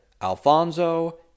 Alfonso